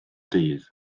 dydd